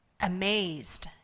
Amazed